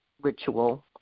ritual